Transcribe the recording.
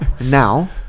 now